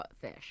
fish